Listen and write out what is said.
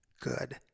good